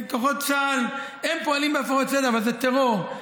כוחות צה"ל הם פועלים בהפרות סדר, אבל זה טרור.